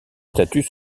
statues